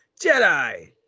Jedi